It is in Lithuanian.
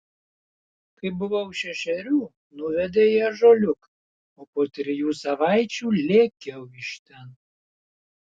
kai buvau šešerių nuvedė į ąžuoliuką o po trijų savaičių lėkiau iš ten